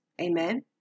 Amen